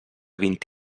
vint